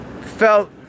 felt